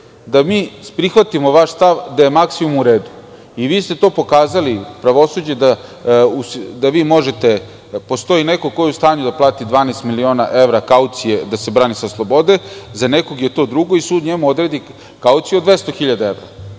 da mi prihvatimo vaš stav da je maksimum u redu i vi ste to pokazali, pravosuđe, da postoji neko ko je u stanju da plati 12 miliona evra kaucije da se brani sa slobode, za nekog je to neki drugo i sud njemu odredi kauciju od 200.000 evra.